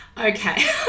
Okay